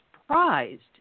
surprised